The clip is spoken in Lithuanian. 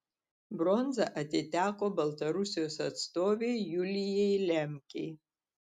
bronza atiteko baltarusijos atstovei julijai lemkei